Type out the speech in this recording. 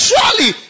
Surely